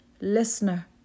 listener